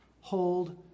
hold